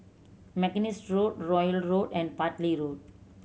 Mackenzie Road Royal Road and Bartley Road